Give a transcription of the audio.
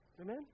Amen